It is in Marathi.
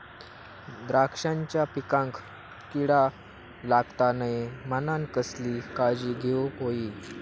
द्राक्षांच्या पिकांक कीड लागता नये म्हणान कसली काळजी घेऊक होई?